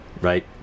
right